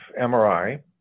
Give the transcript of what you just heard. MRI